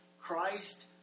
Christ